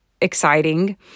exciting